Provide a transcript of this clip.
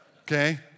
Okay